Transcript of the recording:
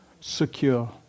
secure